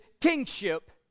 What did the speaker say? kingship